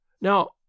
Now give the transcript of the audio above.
Now